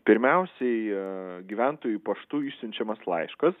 pirmiausiai gyventojui paštu išsiunčiamas laiškas